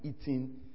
eating